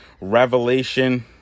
Revelation